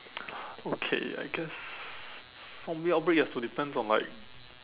okay I guess zombie outbreak you have to depends on like